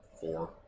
four